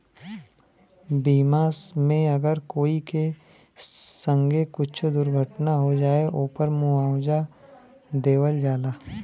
बीमा मे अगर कोई के संगे कुच्छो दुर्घटना हो जाए, ओपर मुआवजा देवल जाला